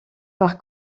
par